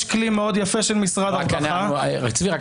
יש כלי מאוד יפה של משרד הרווחה --- אני רק רוצה להגיד,